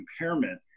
impairment